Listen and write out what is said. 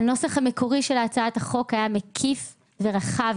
הנוסח המקורי של הצעת החוק היה מקיף ורחב